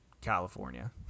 California